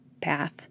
path